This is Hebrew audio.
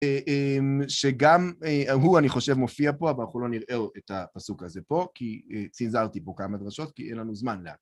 שגם ההוא אני חושב מופיע פה, אבל אנחנו לא נראה עוד את הפסוק הזה פה, כי צנזרתי פה כמה דרשות, כי אין לנו זמן